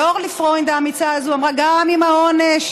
ואורלי פרוינד האמיצה הזאת אמרה: גם אם העונש